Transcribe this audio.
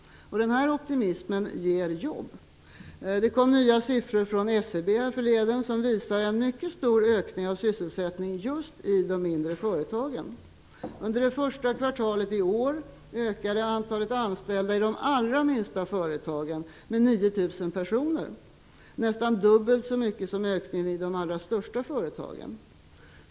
Denna optimism ger jobb. Det kom nya siffror från SCB härförleden som visar att det har skett en mycket stor ökning av sysselsättningen just i de mindre företagen. Under det första kvartalet i år ökade antalet anställda i de allra minsta företagen med 9 000 personer. Det är nästan en dubbelt så stor ökning som den i de allra största företagen.